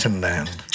land